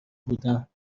بودم